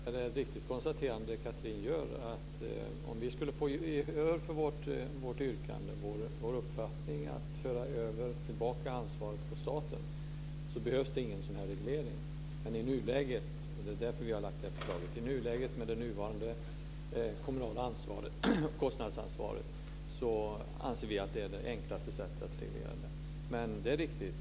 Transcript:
Fru talman! Apropå den senaste frågan är det ett riktigt konstaterande Catherine Persson gör. Vår uppfattning är att köra tillbaka ansvaret på staten. Om vi skulle få gehör för vårt yrkande behövs det ingen sådan här reglering. Men i nuläget, med det nuvarande kommunala kostnadsansvaret, anser vi att det är det enklaste sättet att reglera detta. Det är därför vi har lagt fram det här förslaget.